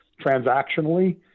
transactionally